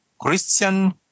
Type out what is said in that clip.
Christian